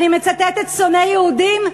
אני מצטטת: "שונא יהודים",